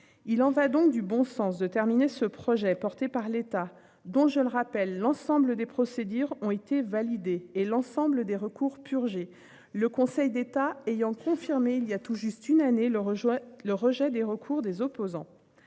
Il en va donc du bon sens de terminer ce projet porté par l'État dont, je le rappelle, l'ensemble des procédures ont été validés et l'ensemble des recours purgés, le Conseil d'État ayant confirmé il y a tout juste une année le rejoint le rejet des recours des opposants,